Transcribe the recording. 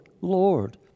Lord